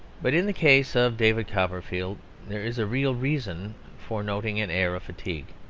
but in the case of david copperfield there is a real reason for noting an air of fatigue.